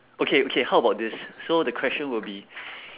okay okay how about this so the question will be